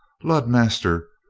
lud, master,